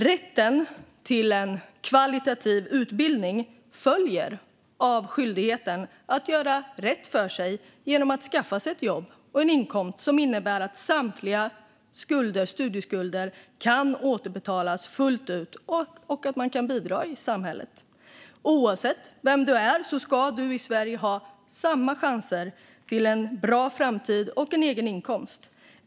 Rätten till en kvalitativ utbildning följer av skyldigheten att göra rätt för sig genom att skaffa sig ett jobb och en inkomst som innebär att samtliga studieskulder kan återbetalas fullt ut och att man kan bidra i samhället. Oavsett vem du är ska du i Sverige ha samma chanser till en bra framtid och en egen inkomst.